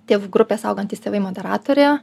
tėvų grupės augantys tėvai moderatoriai